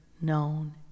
known